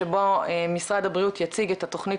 שבו משרד הבריאות יציג את התוכנית